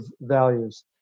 values